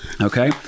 Okay